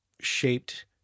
shaped